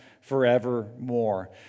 forevermore